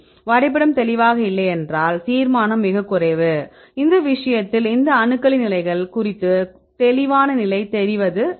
வரைபடம் தெளிவாக இல்லை என்றால் தீர்மானம் மிகக் குறைவு இந்த விஷயத்தில் இந்த அணுக்களின் நிலைகள் குறித்து தெளிவான நிலை தெரிவது இல்லை